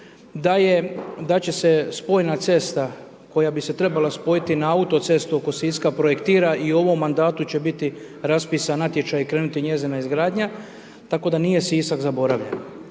da će se spojna cesta koja bi se trebala spojiti na autocestu oko Siska projektira i u ovom mandatu će biti raspisan natječaj i krenuti njezina izgradnja. Tako da nije Sisak zaboravljen.